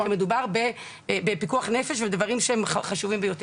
כי מדובר בפיקוח נפש ודברים שהם חשובים ביותר.